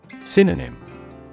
Synonym